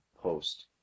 post